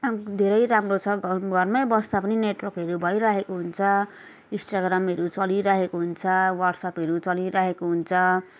धेरै राम्रो छ घरमै बस्दा पनि नेटवर्कहरू भइरहेको हुन्छ इन्स्टाग्रामहरू चलिरहेको हुन्छ वाट्सएपहरू चलिरहेको हुन्छ